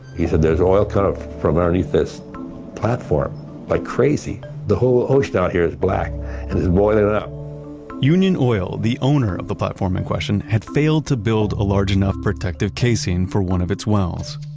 he said there's oil coming kind of from underneath this platform like crazy. the whole ocean out here is black and it's boiling it up union oil, the owner of the platform in question had failed to build a large enough protective casing for one of its wells.